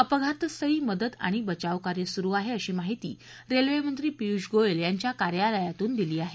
अपघातस्थळी मदत आणि बचाव कार्य सुरु आहे अशी माहिती रेल्वेमंत्री पियूष गोयल यांच्या कार्यालयातून दिली आहे